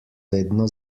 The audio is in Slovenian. vedno